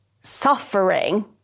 suffering